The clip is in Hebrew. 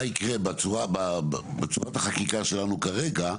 מה יקרה בצורת החקיקה שלנו כרגע?